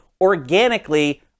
organically